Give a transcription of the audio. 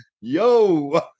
yo